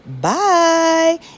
Bye